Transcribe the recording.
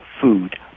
food